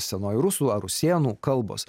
senoji rusų ar rusėnų kalbos